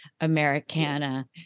Americana